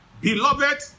Beloved